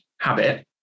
habit